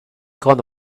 gone